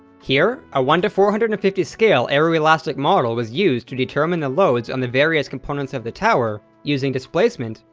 here, a one four hundred and fifty scale aeroelastic model was used to determine the loads on the various components of the tower using displacement,